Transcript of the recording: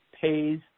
pays